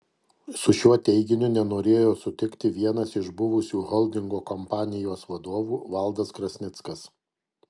su šiuo teiginiu nenorėjo sutikti vienas iš buvusių holdingo kompanijos vadovų valdas krasnickas